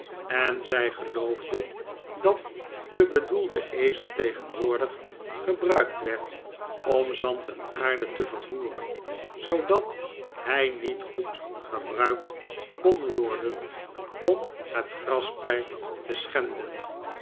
en zij geloofde dat de bedoelde ezel tegenwoordig gebruikt werd om zand en aarde te vervoeren zoodat hij niet goed gebruikt kon worden om het grasperk te schenden